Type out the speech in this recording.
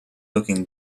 looking